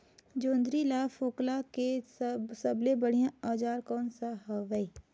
जोंदरी ला फोकला के सबले बढ़िया औजार कोन सा हवे?